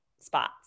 spots